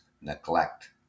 neglect